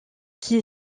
qui